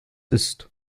ist